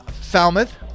Falmouth